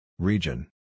Region